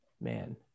Man